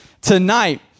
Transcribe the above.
tonight